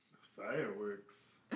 Fireworks